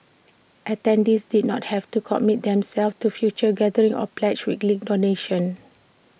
attendees did not have to commit themselves to future gatherings or pledge weekly donations